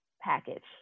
package